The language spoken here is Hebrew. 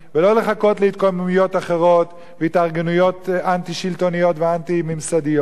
ולא לחכות להתקוממויות אחרות והתארגנויות אנטי-שלטוניות ואנטי-ממסדיות.